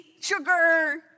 sugar